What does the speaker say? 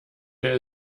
der